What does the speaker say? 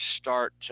start